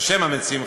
בשם המציעים,